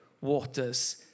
waters